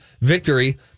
victory